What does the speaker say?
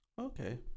okay